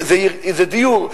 זה דיור.